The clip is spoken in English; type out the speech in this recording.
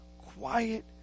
quiet